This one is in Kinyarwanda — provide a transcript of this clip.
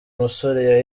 musore